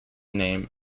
name